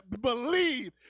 believe